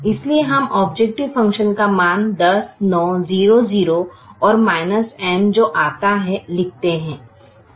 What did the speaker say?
इसलिए हम objective function का मान 10 9 0 0 और M जो आता है लिखते हैं